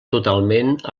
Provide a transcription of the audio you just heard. totalment